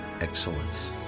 excellence